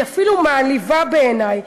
היא אפילו מעליבה בעיני,